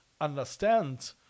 understand